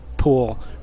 pool